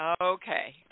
Okay